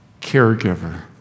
caregiver